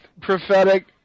prophetic